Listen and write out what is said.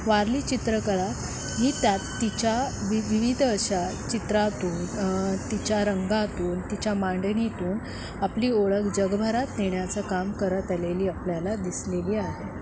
वारली चित्रकला ही त्यात तिच्या वि विविध अशा चित्रातून तिच्या रंगातून तिच्या मांडणीतून आपली ओळख जगभरात नेण्याचं काम करत आलेली आपल्याला दिसलेली आहे